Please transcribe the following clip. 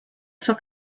zur